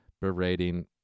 berating